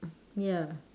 ya